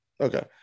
Okay